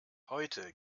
heute